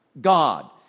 god